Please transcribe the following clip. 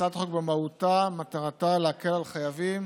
הצעת החוק במהותה מטרתה להקל על חייבים